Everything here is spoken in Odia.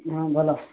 ହଁ ଭଲ